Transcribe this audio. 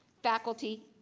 faculty,